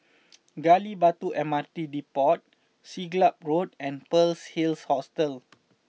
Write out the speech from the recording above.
Gali Batu M R T Depot Siglap Road and Pearl's Hills Hostel